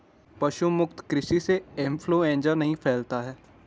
पशु मुक्त कृषि से इंफ्लूएंजा नहीं फैलता है